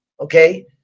Okay